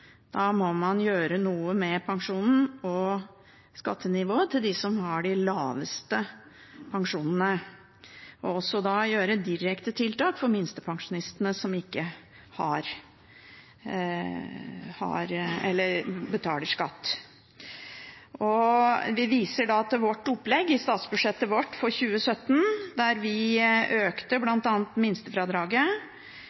Da må man gjøre noe med pensjonen og skattenivået til dem som har de laveste pensjonene, og også sette inn direktetiltak for minstepensjonistene som ikke betaler skatt. Vi viser da til opplegget i statsbudsjettet vårt for 2017, der vi bl.a. økte